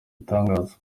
igitangaza